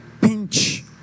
pinch